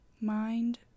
mind